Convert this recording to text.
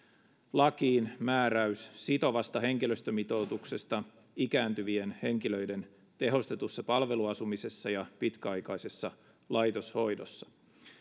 lakiin määräys sitovasta henkilöstömitoituksesta ikääntyvien henkilöiden tehostetussa palveluasumisessa ja pitkäaikaisessa laitoshoidossa